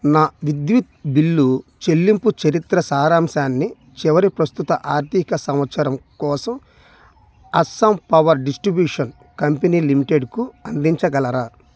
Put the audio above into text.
నా విద్యుత్ బిల్లు చెల్లింపు చరిత్ర సారాంశాన్ని చివరి ప్రస్తుత ఆర్థిక సంవత్సరం కోసం అస్సాం పవర్ డిస్ట్రిబ్యూషన్ కంపెనీ లిమిటెడ్కు అందించగలరా